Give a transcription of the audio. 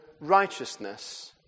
righteousness